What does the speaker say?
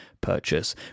purchase